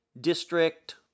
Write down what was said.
district